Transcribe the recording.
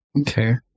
Okay